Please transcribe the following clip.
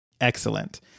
Excellent